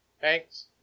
Thanks